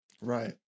Right